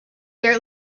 there